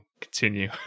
continue